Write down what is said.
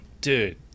dude